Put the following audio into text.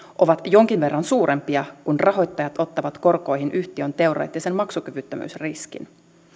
ovat jonkin verran suurempia kun rahoittajat ottavat korkoihin yhtiön teoreettisen maksukyvyttömyysriskin